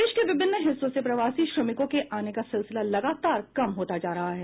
देश के विभिन्न हिस्सों से प्रवासी श्रमिकों के आने का सिलसिला लगातार कम होता जा रहा है